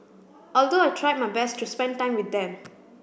although I tried my best to spend time with them